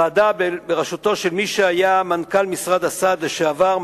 ועדה בראשותו של מי שהיה מנכ"ל משרד הסעד לשעבר,